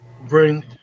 bring